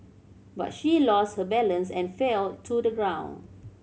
but she lost her balance and fell to the ground